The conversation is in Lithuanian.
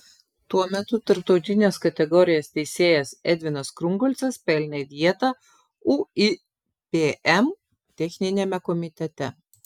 tuo metu tarptautinės kategorijos teisėjas edvinas krungolcas pelnė vietą uipm techniniame komitete